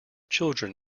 children